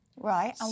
Right